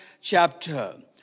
chapter